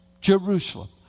Jerusalem